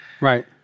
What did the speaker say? Right